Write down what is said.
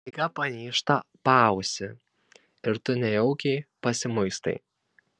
staiga panyžta paausį ir tu nejaukiai pasimuistai